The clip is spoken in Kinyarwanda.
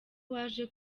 waje